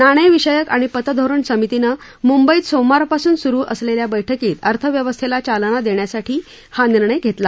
नाणेविषयक आणि पतधोरण समितीनं मुंबईत सोमवारपासून सुरु असलेल्या बैठकीत अर्थव्यस्थेला चालना देण्यासाठी हा निर्णय घेतला